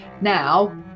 Now